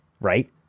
right